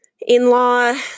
in-law